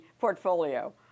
portfolio